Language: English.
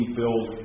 build